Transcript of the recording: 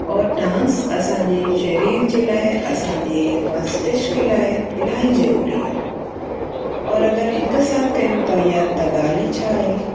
और डांस असांजे सरीर जे लाइ असांजे मस्तिष्क लाइ इलाही ज़रूरी आहे और अगरि हिकु साथ कयूं त इहा त ॻाल्हि ई छा आहे